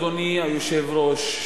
אדוני היושב-ראש,